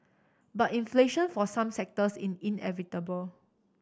but inflation for some sectors is inevitable